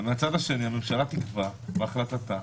הממשלה תקבע בהחלטה.